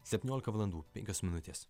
septyniolika valandų penkios minutės